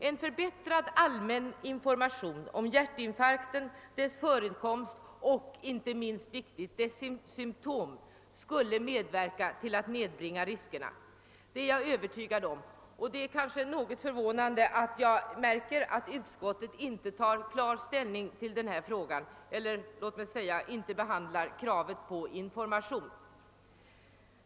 En förbättrad allmän upplysning om hjärtinfarkten, dess förekomst och inte minst viktigt dess symtom skulle medverka till att nedbringa riskerna, det är jag övertygad om. Jag är förvånad när jag märker att utskottet inte tagit klar ställning till den frågan — eller låt mig säga inte behandlat kravet på information.